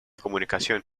comunicación